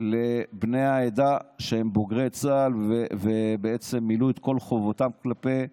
לבני העדה שהם בוגרי צה"ל ומילאו את כל חובתם כלפי המדינה,